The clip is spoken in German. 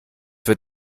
wird